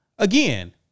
Again